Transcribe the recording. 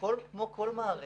כמו לכל מערכת,